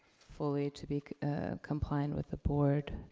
fully to be compliant with the board.